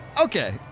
Okay